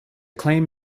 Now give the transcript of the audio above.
claim